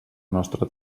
nostra